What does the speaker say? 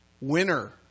winner